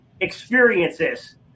experiences